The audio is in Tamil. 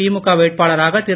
திமுக வேட்பாளராக திரு